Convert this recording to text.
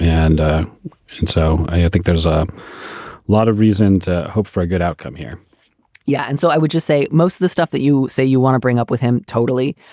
and and so i think there's a lot of reason to hope for a good outcome here yeah. and so i would just say most of the stuff that you say you want to bring up with him, totally.